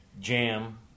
jam